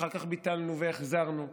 אחר כך ביטלנו והחזרנו.